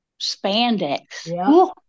spandex